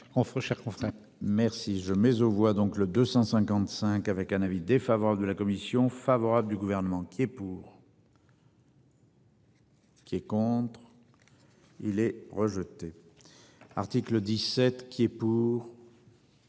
Merci je mais aux voit donc le 255, avec un avis défavorable de la commission favorable du gouvernement qui est pour. Qui est contre. Il est rejeté. Article 17, qui est pour.